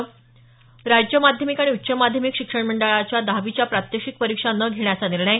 स राज्य माध्यमिक आणि उच्च माध्यमिक शिक्षण मंडळाचा दहावीच्या प्रात्यक्षिक परीक्षा न घेण्याचा निर्णय